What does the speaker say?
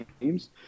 games